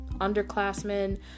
Underclassmen